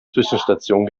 zwischenstation